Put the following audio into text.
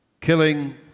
killing